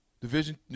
Division